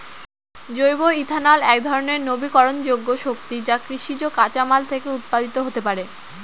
জৈব ইথানল একধরনের নবীকরনযোগ্য শক্তি যা কৃষিজ কাঁচামাল থেকে উৎপাদিত হতে পারে